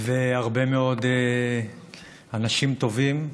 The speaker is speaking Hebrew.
והרבה מאוד אנשים טובים,